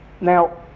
Now